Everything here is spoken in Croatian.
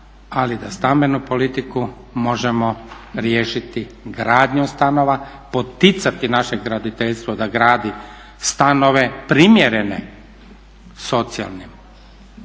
ali da stambenu politiku možemo riješiti gradnjom stanova, poticati naše graditeljstvo da gradi stanove primjerene socijalnim